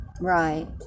Right